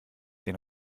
den